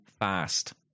fast